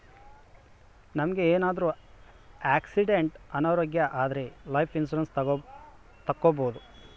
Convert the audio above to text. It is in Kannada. ನಮ್ಗೆ ಏನಾದ್ರೂ ಆಕ್ಸಿಡೆಂಟ್ ಅನಾರೋಗ್ಯ ಆದ್ರೆ ಲೈಫ್ ಇನ್ಸೂರೆನ್ಸ್ ತಕ್ಕೊಬೋದು